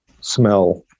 Smell